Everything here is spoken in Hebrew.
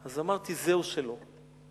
אז אמרתי: זהו, שלא.